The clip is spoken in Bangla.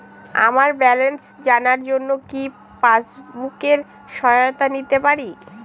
আমার ব্যালেন্স জানার জন্য কি পাসবুকের সহায়তা নিতে পারি?